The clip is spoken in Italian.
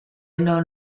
non